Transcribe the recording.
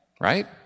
right